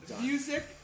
Music